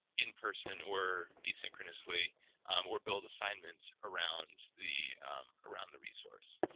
in person or asynchronously um or build assignments around the around the resource.